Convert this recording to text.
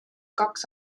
kaks